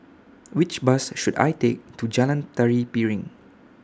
Which Bus should I Take to Jalan Tari Piring